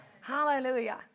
Hallelujah